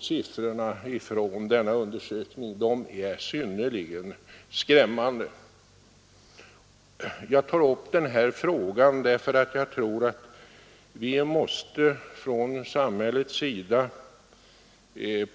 Siffrorna från denna undersökning är synnerligen skrämmande. Jag tar upp den här frågan därför att jag tror att vi från samhällets sida måste